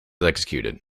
executed